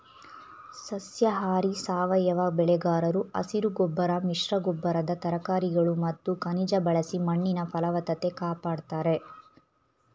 ಸಸ್ಯಾಹಾರಿ ಸಾವಯವ ಬೆಳೆಗಾರರು ಹಸಿರುಗೊಬ್ಬರ ಮಿಶ್ರಗೊಬ್ಬರದ ತರಕಾರಿಗಳು ಮತ್ತು ಖನಿಜ ಬಳಸಿ ಮಣ್ಣಿನ ಫಲವತ್ತತೆ ಕಾಪಡ್ತಾರೆ